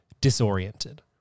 disoriented